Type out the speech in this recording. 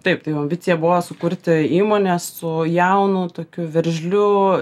taip tai ambicija buvo sukurti įmonę su jaunu tokiu veržliu